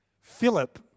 Philip